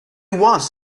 was